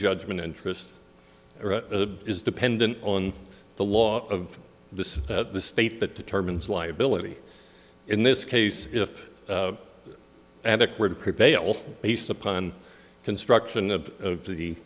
judgment interest or is dependent on the law of this state that determines liability in this case if adequate to prevail based upon construction of the